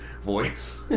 voice